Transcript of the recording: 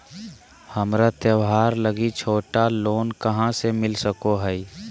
हमरा त्योहार लागि छोटा लोन कहाँ से मिल सको हइ?